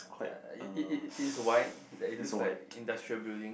it it it is white that it looks like industrial building